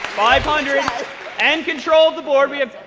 five hundred and control of the board. we have